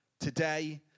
Today